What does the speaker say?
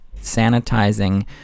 sanitizing